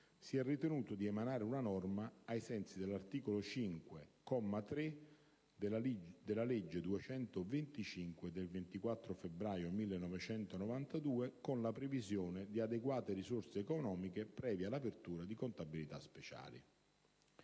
si e ritenuto di emanare una norma, ai sensi dell’articolo 5, comma 3, della legge n. 225 del 24 febbraio 1992, con la previsione di adeguate risorse economiche, previa l’apertura di contabilitaspeciale.